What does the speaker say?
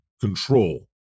control